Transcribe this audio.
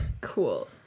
Cool